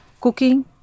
cooking